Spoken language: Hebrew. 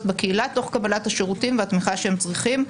בקהילה תוך קבלת השירותים והתמיכה שהם צריכים.